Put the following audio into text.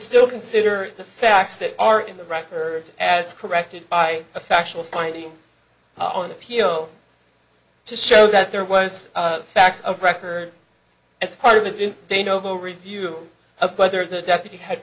still consider the facts that are in the record as corrected by a factual finding on appeal to show that there was facts of record it's hardly do they know the review of whether the deputy had